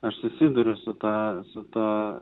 aš susiduriu su ta su ta